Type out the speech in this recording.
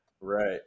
Right